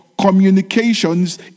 communications